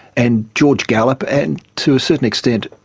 and george gallup and, to a certain extent,